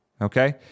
okay